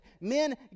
men